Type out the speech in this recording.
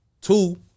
Two